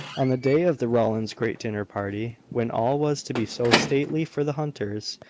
on the day of the rowlands' great dinner-party, when all was to be so stately for the hunters,